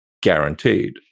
guaranteed